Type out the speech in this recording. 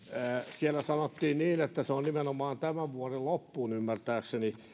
siellä sanottiin niin että se on nimenomaan tämän vuoden loppuun ymmärtääkseni